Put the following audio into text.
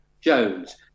Jones